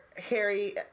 Harry